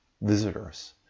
visitors